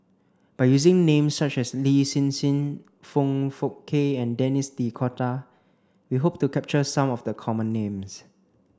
by using names such as Lin Hsin Hsin Foong Fook Kay and Denis D'Cotta we hope to capture some of the common names